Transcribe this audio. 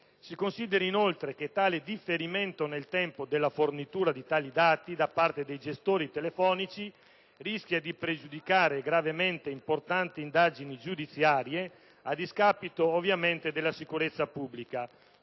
Si consideri, inoltre, che tale differimento nel tempo della fornitura di tali dati da parte dei gestori telefonici rischia di pregiudicare gravemente importanti indagini giudiziarie, a discapito ovviamente della sicurezza pubblica.